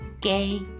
gay